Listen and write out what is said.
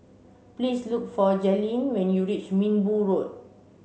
please look for Jalyn when you reach Minbu Road